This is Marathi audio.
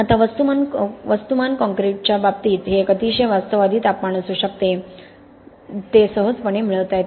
आता वस्तुमान कॉंक्रिटिंगच्या बाबतीत हे एक अतिशय वास्तववादी तापमान असू शकते ते सहजपणे मिळवता येते